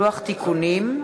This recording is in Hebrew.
לוח תיקונים,